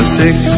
six